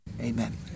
Amen